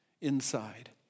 inside